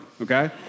okay